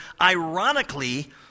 ironically